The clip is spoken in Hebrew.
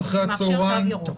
מאפשר תו ירוק.